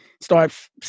start